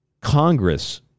Congress